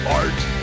art